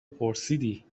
پرسیدی